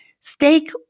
Steak